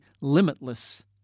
limitless